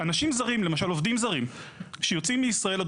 יודעים שהיא יצאה והתירו לה מראש לחזור.